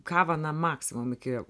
kavą na maksimum iki